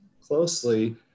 closely